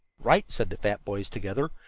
right, said the fat boys together,